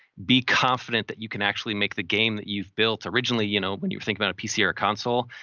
be confident that you can actually make the game that you've built, originally, you know when you think about a pc or a console,